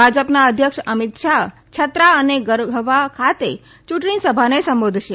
ભાજપના અધ્યક્ષ અમિત શાહ છત્રા અને ગરહવા ખાતે યૂંટણી સભાને સંબોધશે